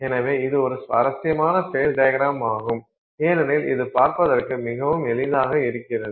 எனவே இது ஒரு சுவாரஸ்யமான ஃபேஸ் டையக்ரமாகும் ஏனெனில் இது பார்ப்பதற்கு மிக எளிதானதாக இருக்கிறது